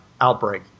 outbreak